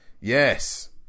Yes